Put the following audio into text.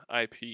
IP